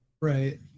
Right